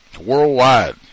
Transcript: worldwide